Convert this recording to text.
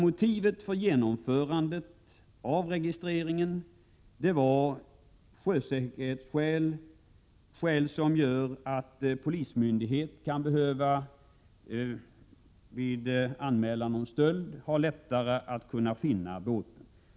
Motivet för genomförandet av registret var sjösäkerheten och det att polismyndighet vid anmälan om stöld kan ha lättare att finna båten.